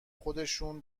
خودشون